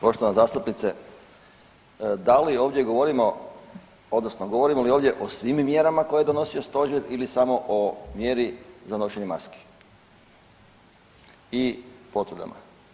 Poštovana zastupnice da li ovdje govorimo, odnosno govorimo li ovdje o svim mjerama koje je donosio Stožer ili samo o mjeri za nošenje maske i potvrdama?